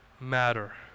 matter